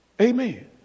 Amen